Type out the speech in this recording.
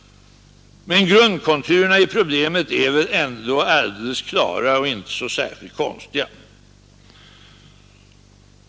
Men grundkonturerna i problemet är väl ändå alldeles klara och inte så särskilt konstiga.